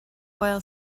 while